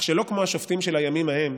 אך שלא כמו השופטים של הימים ההם,